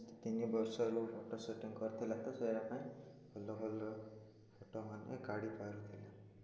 ତିନି ବର୍ଷରୁ photo shooting କରିଥିଲା ତ ସେଇରା ପାଇଁ ଭଲ ଭଲ ଫଟୋ ମାନେ କାଢ଼ି ପାରୁଥିଲେ